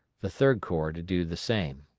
the third corps to do the same.